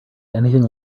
anything